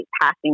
passing